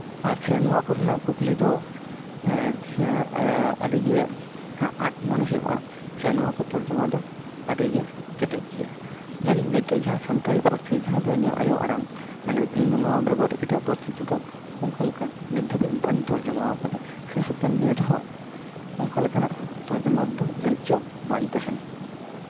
ᱟᱨ ᱥᱮ ᱱᱚᱣᱟ ᱠᱚᱨᱮᱱᱟᱜ ᱠᱩᱠᱞᱤ ᱫᱚ ᱮᱜ ᱟᱹᱰᱤᱜᱮ ᱟᱸᱴ ᱢᱚᱱᱮ ᱦᱩᱭᱩᱜᱼᱟ ᱥᱮ ᱱᱚᱣᱟ ᱠᱚ ᱛᱚᱨᱡᱚᱢᱟ ᱫᱚ ᱟᱹᱰᱤᱜᱮ ᱠᱮᱴᱮᱡ ᱜᱮᱭᱟ ᱢᱮᱱᱮᱫ ᱱᱤᱛᱚᱜ ᱡᱟᱦᱟᱸ ᱥᱟᱱᱛᱟᱲᱤ ᱯᱟᱹᱨᱥᱤ ᱡᱟᱦᱟᱸ ᱫᱚ ᱤᱧᱟᱹᱜ ᱟᱭᱳ ᱟᱲᱟᱝ ᱢᱟᱱᱮ ᱤᱧ ᱫᱚ ᱱᱚᱣᱟ ᱵᱮᱜᱚᱨ ᱮᱴᱟᱜ ᱯᱟᱹᱨᱥᱤ ᱛᱮᱫᱚ ᱚᱱᱠᱟ ᱞᱮᱠᱟ ᱱᱤᱛ ᱫᱷᱟᱹᱵᱤᱡ ᱵᱟᱹᱧ ᱛᱚᱨᱡᱚᱢᱟ ᱠᱟᱫᱟ ᱥᱮ ᱦᱟᱯᱮᱱ ᱫᱤᱱ ᱨᱮᱦᱚᱸ ᱚᱱᱠᱟ ᱞᱮᱠᱟᱱᱟᱜ ᱛᱚᱨᱡᱚᱢᱟ ᱨᱮᱫᱚ ᱡᱟᱹᱱᱤᱡ ᱪᱚ ᱵᱟᱹᱧ ᱛᱟᱦᱮᱸᱱᱟ